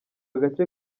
gace